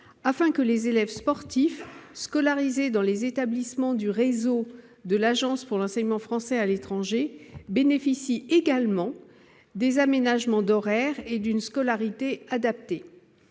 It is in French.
afin que les élèves sportifs scolarisés dans les établissements du réseau de l'Agence pour l'enseignement français à l'étranger bénéficient également des aménagements horaires et d'une scolarité adaptée.